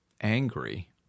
angry